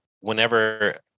whenever